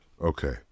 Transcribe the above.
okay